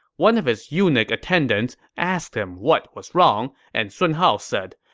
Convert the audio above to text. one of his eunuch attendants asked him what was wrong, and sun hao said,